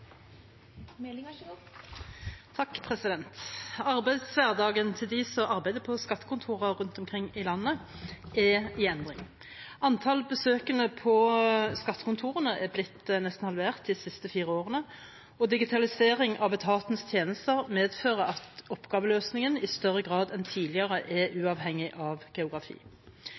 skattekontorene er blitt nesten halvert de siste fire årene, og digitalisering av etatens tjenester medfører at oppgaveløsningen i større grad enn tidligere er uavhengig av geografi.